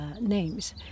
names